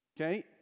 Okay